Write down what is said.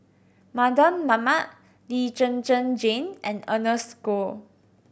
Mardan Mamat Lee Zhen Zhen Jane and Ernest Goh